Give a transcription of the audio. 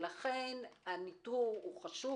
לכן הניטור הוא חשוב